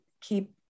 keep